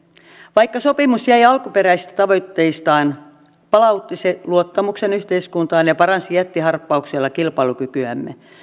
vaikka sopimus jäi alkuperäisistä tavoitteistaan palautti se luottamuksen yhteiskuntaan ja paransi jättiharppauksella kilpailukykyämme